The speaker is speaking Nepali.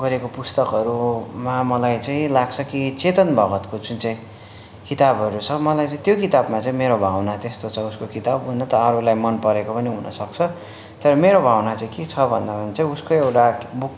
गरेको पुस्तकहरूमा मलाई चाहिँ लाग्छ कि चेतन भगतको जुन चाहिँ किताबहरू छ मलाई चाहिँ त्यो किताबमा चाहिँ मेरो भावना त्यस्तो छ उसको किताब हुनु त अरूलाई मन परेको पनि हुनु सक्छ तर मेरो भावना चाहिँ के छ भन्दा उसको एउटा बुक